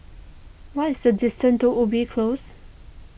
what is the distance to Ubi Close